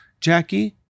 Jackie